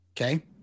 okay